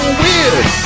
weird